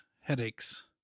headaches